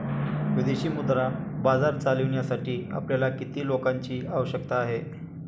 विदेशी मुद्रा बाजार चालविण्यासाठी आपल्याला किती लोकांची आवश्यकता आहे?